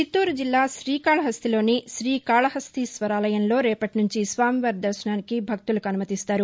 చిత్తూరు జిల్లా రీకాళహస్తిలోని రీకాళహస్తీశ్వరాలయంలో రేపటి నుంచి స్వామివారి దర్భనానికి భక్తులకు అనుమతిస్తారు